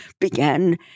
began